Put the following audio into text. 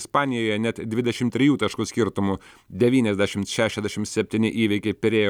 ispanijoje net dvidešimt trijų taškų skirtumu devyniasdešimt šešiasdešim septyni įveikė pirėjo